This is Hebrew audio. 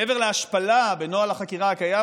מעבר להשפלה בנוהל החקירה הקיים,